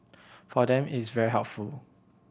for them it's very helpful